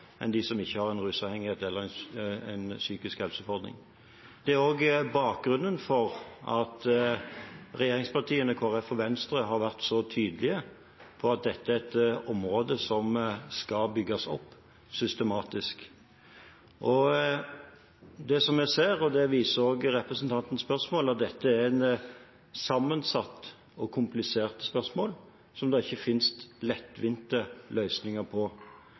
enn dem som ikke har en rusavhengighet eller en psykisk helseutfordring. Det er også bakgrunnen for at regjeringspartiene, Kristelig Folkeparti og Venstre har vært så tydelige på at dette er et område som skal bygges opp systematisk. Og det som vi ser – det viser også representantens spørsmål – er at dette er et sammensatt og komplisert spørsmål som det ikke finnes lettvinte løsninger på.